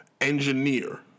engineer